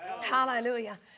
Hallelujah